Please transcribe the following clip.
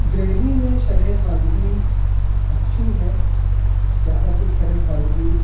دہلی میں شرخ خواندگی اچھی ہے یہاں کی شرح خواندگی